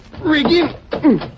rigging